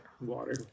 water